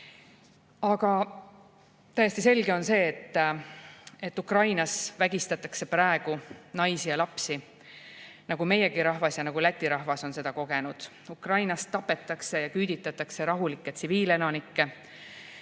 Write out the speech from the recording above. Aga täiesti selge on see, et Ukrainas vägistatakse praegu naisi ja lapsi, nagu meiegi rahvas ja nagu läti rahvas on seda kogenud. Ukrainas tapetakse ja küüditatakse rahulikke tsiviilelanikke,